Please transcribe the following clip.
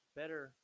better